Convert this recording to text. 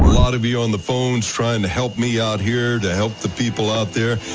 lot of you on the phones trying to help me out here to help the people out there.